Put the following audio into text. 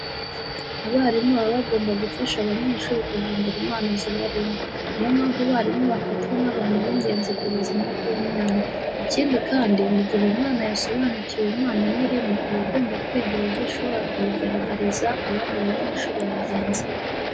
Abarimu baba bagomba gufasha abanyeshuri kuvumbura impano zibarimo. Niyo mpamvu abarimu bafatwa nk'abantu bigenzi ku buzima bw'umwana. Ikindi kandi, mu gihe umwana yasobanukiwe impano imurimo aba agomba kwiga uburyo ashobora kuyigaragariza abandi banyeshuri bagenzi be.